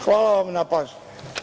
Hvala vam na pažnji.